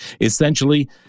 Essentially